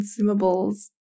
consumables